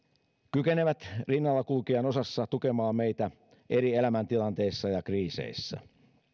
kykenevät rinnalla kulkijan osassa tukemaan meitä eri elämäntilanteissa ja kriiseissä